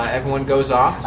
everyone goes off.